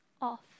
off